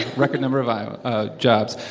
record number of iowa ah jobs.